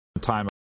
time